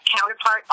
counterpart